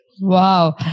Wow